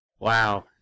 Wow